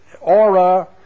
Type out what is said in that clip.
aura